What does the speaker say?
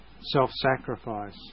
self-sacrifice